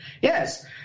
Yes